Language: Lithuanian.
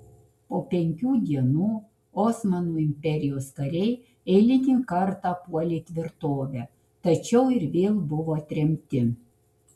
po penkių dienų osmanų imperijos kariai eilinį kartą puolė tvirtovę tačiau ir vėl buvo atremti